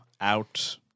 out